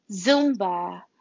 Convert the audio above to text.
Zumba